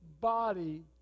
body